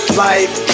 life